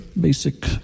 basic